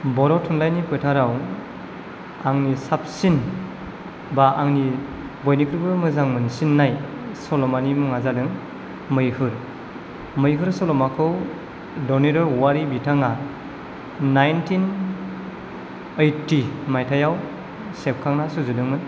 बर' थुनलाइनि फोथाराव आंनि साबसिन बा आंनि बयनिफ्रायबो मोजां मोनसिन्नाय सल'मानि मुङा जादों मैहुर मैहुर सल'माखौ धरनिधर औवारि बिथाङा नाइनथिन ओइथि मायथाइयाव सेबखांना सुजुदोंमोन